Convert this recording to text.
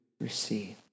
receive